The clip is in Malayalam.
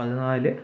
പതിനാല്